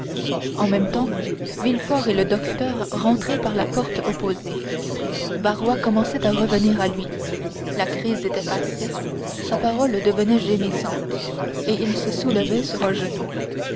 en même temps villefort et le docteur rentraient par la porte opposée barrois commençait à revenir à lui la crise était passée sa parole revenait gémissante et il se soulevait sur un genou